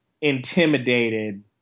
intimidated